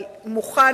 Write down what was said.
אבל מוכן,